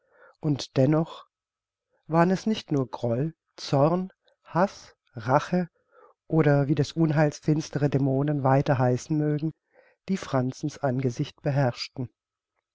und dennoch waren es nicht nur groll zorn haß rache oder wie des unheils finstere dämonen weiter heißen mögen die franzens angesicht beherrschten